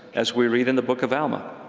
as we read in the book of alma.